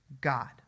God